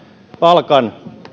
palkan